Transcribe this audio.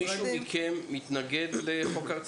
מישהו מכם מתנגד לחוק הרציפות?